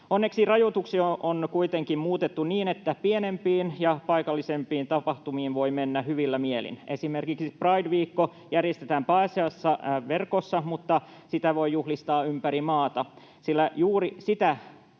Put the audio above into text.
Onneksi rajoituksia on kuitenkin muutettu niin, että pienempiin ja paikallisempiin tapahtumiin voi mennä hyvillä mielin. Esimerkiksi Pride-viikko järjestetään pääasiassa verkossa, mutta sitä voi juhlistaa ympäri maata, sillä juuri tätä